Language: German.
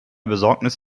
besorgnis